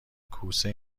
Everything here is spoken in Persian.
کوسه